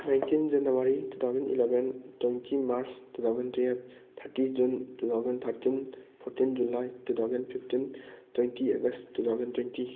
nineteen January two thousand eleven twenty March two thousand twelve thirty June two thousand thirteen fourteen July two thousand fifteen twenty August two thousand twenty